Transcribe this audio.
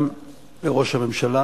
גם לראש הממשלה